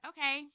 Okay